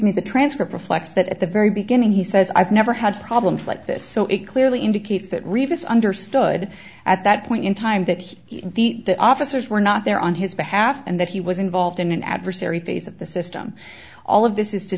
me the transcript or flex that at the very beginning he says i've never had problems like this so it clearly indicates that rebus understood at that point in time that he and the officers were not there on his behalf and that he was involved in an adversary phase of the system all of this is to